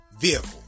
vehicle